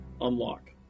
unlock